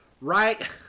right